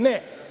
Ne.